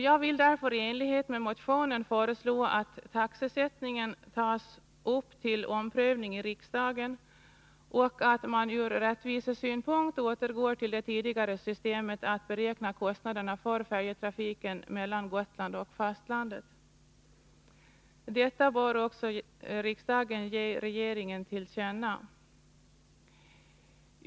Jag vill därför i enlighet med motionärerna föreslå att taxesättningen tas upp till omprövning i riksdagen och att man av rättviseskäl återgår till det tidigare systemet att beräkna kostnaderna för färjetrafiken mellan Gotland och fastlandet. Detta bör också riksdagen ge regeringen till känna som sin mening.